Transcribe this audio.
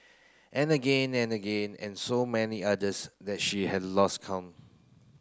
and again and again and so many others that she had lost count